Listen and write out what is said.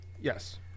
Yes